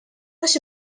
għax